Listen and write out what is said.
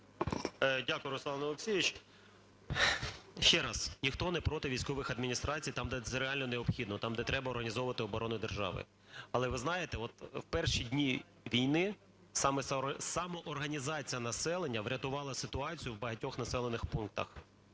Дякую, Руслан Олексійович. Ще раз, ніхто не проти військових адміністрацій там, де це реально необхідно, там, де треба організовувати оборону держави. Але, ви знаєте, от в перші дні війни саме самоорганізація населення врятувала ситуацію в багатьох населених пунктах,